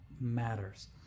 matters